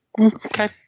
Okay